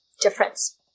difference